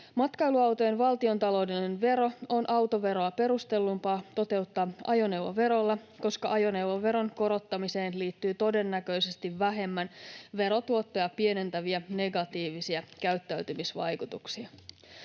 Matkailuautojen valtiontaloudellinen vero on autoveroa perustellumpaa toteuttaa ajoneuvoverolla, koska ajoneuvoveron korottamiseen liittyy todennäköisesti vähemmän verotuottoja pienentäviä negatiivisia käyttäytymisvaikutuksia.